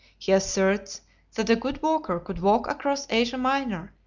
he asserts that a good walker could walk across asia minor,